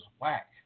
whack